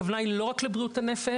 הכוונה היא לא רק לבריאות הנפש,